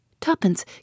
Tuppence